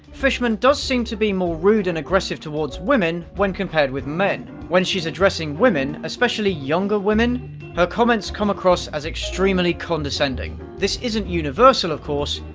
fishman does seem to be more rude and aggressive towards women when compared with men. when she's addressing women especially younger women her comments come across as extremely condescending. this isn't universal, of course,